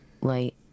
light